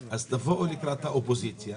תבואו לקראת האופוזיציה.